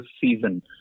season